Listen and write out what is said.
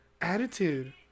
Attitude